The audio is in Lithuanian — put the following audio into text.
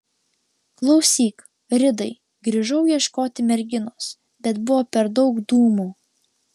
klausyk ridai grįžau ieškoti merginos bet buvo per daug dūmų